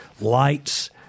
lights